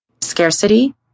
scarcity